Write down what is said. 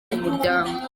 umuryango